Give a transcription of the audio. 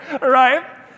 right